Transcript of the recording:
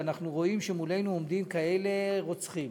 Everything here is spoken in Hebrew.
שאנחנו רואים שמולנו עומדים כאלה רוצחים,